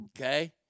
okay